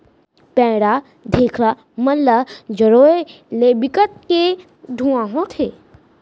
पैरा, ढेखरा मन ल जरोए ले बिकट के धुंआ होथे